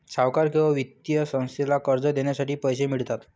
सावकार किंवा वित्तीय संस्थेला कर्ज देण्यासाठी पैसे मिळतात